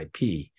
IP